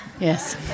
yes